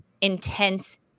intense